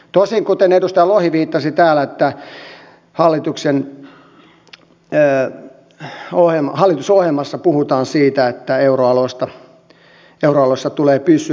tosin kuten edustaja lohi viittasi täällä hallitusohjelmassa puhutaan siitä että euroalueessa tulee pysyä